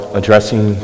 addressing